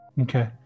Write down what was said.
Okay